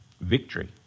Victory